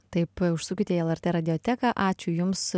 taip užsukite į lrt radioteką ačiū jums